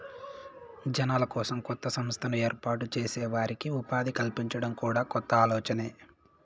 జనాల కోసం కొత్త సంస్థను ఏర్పాటు చేసి వారికి ఉపాధి కల్పించడం కూడా కొత్త ఆలోచనే